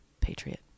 patriot